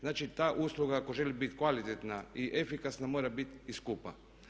Znači ta usluga ako želi biti kvalitetna i efikasna mora biti i skupa.